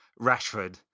Rashford